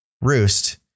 roost